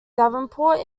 devonport